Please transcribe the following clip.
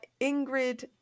Ingrid